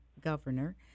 governor